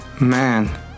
man